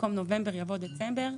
במקום נובמבר יבוא דצמבר.